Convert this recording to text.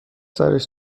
سرش